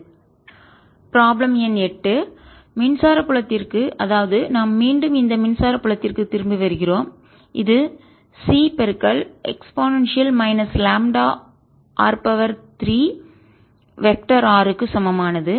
Qenclosed4πC0e λr problem எண் 8 மின்சார புலத்திற்கு அதாவது நாம் மீண்டும் இந்த மின்சார புலத்திற்கு திரும்பி வருகிறோம் இது C e λr r 3 vector r க்கு சமமானது